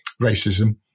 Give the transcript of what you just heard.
racism